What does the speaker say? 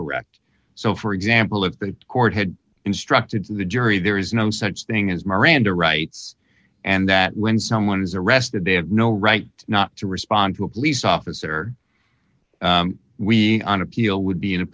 correct so for example if the court had instructed the jury there is no such thing as miranda rights and that when someone is arrested they have no right not to respond onto a police officer we on appeal would be in a